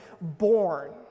born